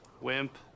Wimp